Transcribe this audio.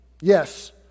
Yes